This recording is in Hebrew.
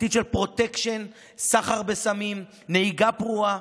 עתיד של פרוטקשן, סחר בסמים, נהיגה פרועה.